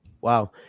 wow